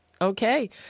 Okay